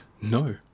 no